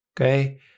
Okay